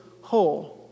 Whole